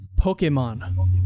Pokemon